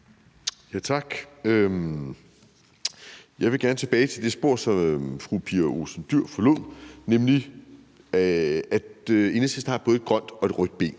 Tak. Jeg vil gerne tilbage til det spor, som fru Pia Olsen Dyhr forlod, nemlig at Enhedslisten har både et grønt og et rødt ben.